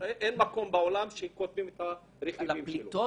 מקום בעולם שכותבים את הרכיבים --- על הפליטות?